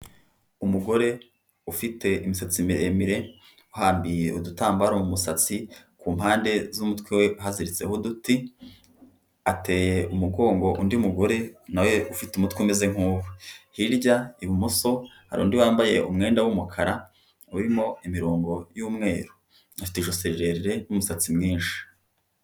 Umugore ufite imisatsi miremire, uhambiriye udutambaro mu musatsi, ku mpande z'umutwe we haziritseho uduti. Ateye umugongo undi mugore na we ufite umutwe umeze nk'uwe. Hirya ibumoso hari undi wambaye umwenda w'umukara urimo imirongo y'umweru, afite ijosi rirerire n'umusatsi mwinshi.